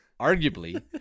arguably